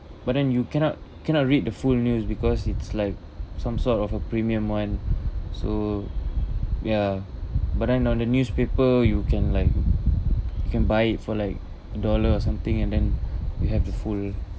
but then you cannot cannot read the full news because it's like some sort of a premium one so ya but then on the newspaper you can like you can buy it for like a dollar or something and then we have the full